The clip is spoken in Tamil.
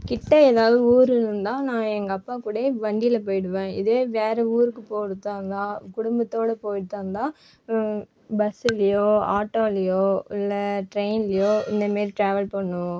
கிட்டே ஏதாவது ஊர் இருந்தால் நான் எங்கள் அப்பா கூடையே வண்டியில் போயிடுவேன் இதே வேறு ஊருக்கு போகிறதா இருந்தால் குடும்பத்தோடய போயிட்டு வந்தால் பஸ்ஸுலேயோ ஆட்டோலேயோ இல்லை ட்ரெயின்லேயோ இந்தமாரி ட்ராவல் பண்ணுவோம்